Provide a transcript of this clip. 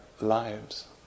lives